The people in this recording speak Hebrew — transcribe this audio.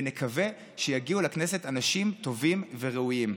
ונקווה שיגיעו לכנסת אנשים טובים וראויים".